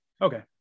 Okay